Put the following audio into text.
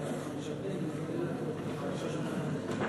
היושבת-ראש, כל העולם מתבקש לברך את המושל